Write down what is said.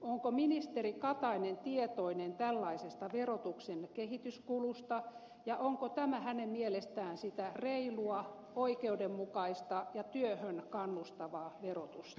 onko ministeri katainen tietoinen tällaisesta verotuksen kehityskulusta ja onko tämä hänen mielestään sitä reilua oikeudenmukaista ja työhön kannustavaa verotusta